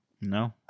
No